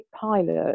pilot